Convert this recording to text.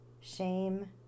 shame